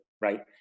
right